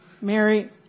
Mary